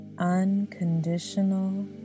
Unconditional